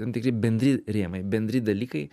tam tikri bendri rėmai bendri dalykai